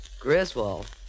Griswold